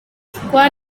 kuba